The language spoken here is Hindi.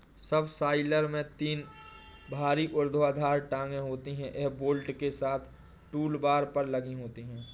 सबसॉइलर में तीन भारी ऊर्ध्वाधर टांगें होती हैं, यह बोल्ट के साथ टूलबार पर लगी होती हैं